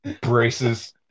Braces